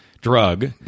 drug